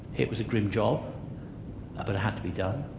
it was a grim job but it had to be done.